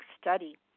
study